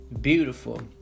beautiful